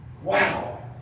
Wow